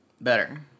better